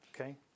Okay